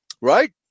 right